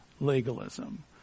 legalism